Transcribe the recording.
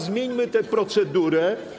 Zmieńmy tę procedurę.